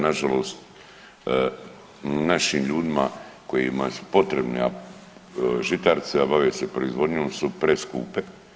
Na žalost našim ljudima kojima su potrebne žitarice, a bave se proizvodnjom su preskupe.